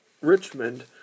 Richmond